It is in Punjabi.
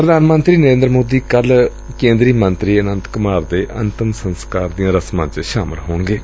ਪ੍ਧਾਨ ਮੰਤਰੀ ਨਰੇਂਦਰ ਮੋਦੀ ਕੱਲ੍ਹ ਕੇਂਦਰੀ ਮੰਤਰੀ ਅਨੰਤ ਕੁਮਾਰ ਦੇ ਅੰਤਮ ਸੰਸਕਾਰ ਦੀਆਂ ਰਸਮਾਂ ਚ ਸ਼ਾਮਲ ਹੋਣਗੇ